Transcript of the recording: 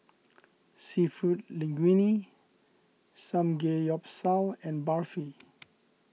Seafood Linguine Samgeyopsal and Barfi